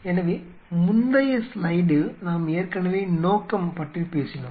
எனவே முந்தைய ஸ்லைடில் நாம் ஏற்கனவே நோக்கம் பற்றி பேசினோம்